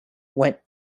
went